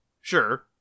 sure